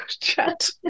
chat